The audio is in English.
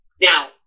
Now